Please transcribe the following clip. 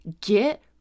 Get